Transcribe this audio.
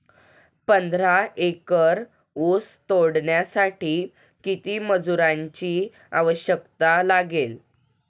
पंधरा एकर ऊस तोडण्यासाठी किती मजुरांची आवश्यकता लागेल?